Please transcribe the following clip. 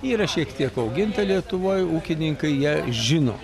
yra šiek tiek auginta lietuvoj ūkininkai ją žino